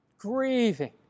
Grieving